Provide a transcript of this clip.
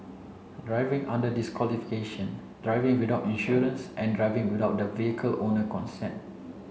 driving under disqualification driving without insurance and driving without the vehicle owner consent